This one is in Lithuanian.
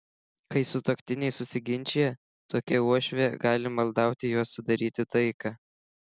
kai sutuoktiniai susiginčija tokia uošvė gali maldauti juos sudaryti taiką